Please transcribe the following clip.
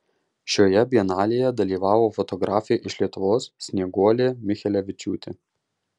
šioje bienalėje dalyvavo fotografė iš lietuvos snieguolė michelevičiūtė